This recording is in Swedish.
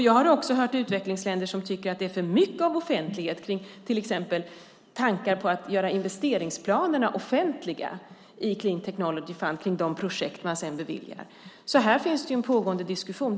Jag har också hört utvecklingsländer som tycker att det är för mycket av offentlighet, till exempel tankar på att göra investeringsplanerna offentliga i Clean Technology Fund för de projekt man sedan beviljar. Här pågår en diskussion.